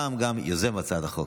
והפעם גם יוזם הצעת החוק.